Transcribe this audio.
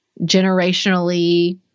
generationally